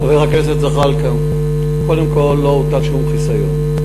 חבר הכנסת זחאלקה, קודם כול, לא הוטל שום חיסיון.